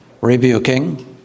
rebuking